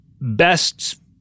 best